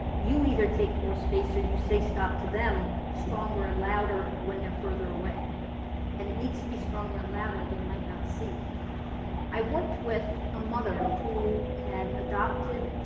you either take more space or you say stop to them, stronger and louder when they're further away and it needs to be stronger and louder, they might not see i worked with a mother who had adopted